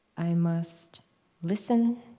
i must listen.